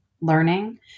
learning